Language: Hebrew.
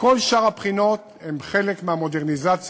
מכל שאר הבחינות הם חלק מהמודרניזציה,